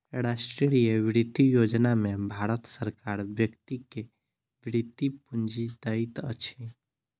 राष्ट्रीय वृति योजना में भारत सरकार व्यक्ति के वृति पूंजी दैत अछि